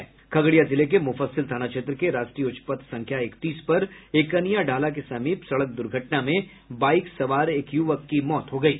वहीं खगड़िया जिले के मुफस्सिल थाना क्षेत्र के राष्ट्रीय उच्च पथ संख्या इकतीस पर एकनिया ढाला के समीप सड़क दुर्घटना में बाईक सवार एक युवक की मौत हो गयी